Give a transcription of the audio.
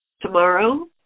tomorrow